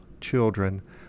children